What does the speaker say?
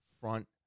front